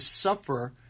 suffer